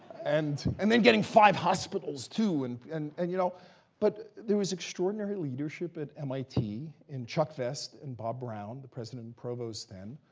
and and then, getting five hospitals, too. and and and you know but there was extraordinary leadership at mit, in chuck vest and bob brown, the president and provost then,